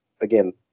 again